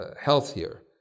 healthier